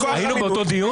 היינו באותו דיון?